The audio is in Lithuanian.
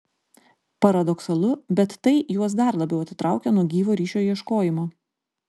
paradoksalu bet tai juos dar labiau atitraukia nuo gyvo ryšio ieškojimo